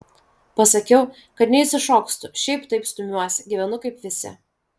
pasakiau kad neišsišokstu šiaip taip stumiuosi gyvenu kaip visi